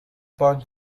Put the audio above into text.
بانک